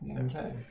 Okay